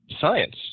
science